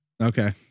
Okay